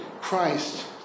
Christ